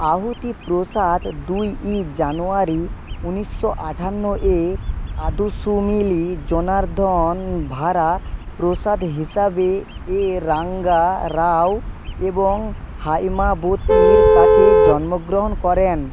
আহুতি প্রসাদ দুইই জানুয়ারি ঊনিশশো আটান্ন এ আদুসুমিলি জনার্দন ভারা প্রসাদ হিসাবে এ রাঙ্গা রাও এবং হৈমবতীর কাছে জন্মগ্রহণ করেন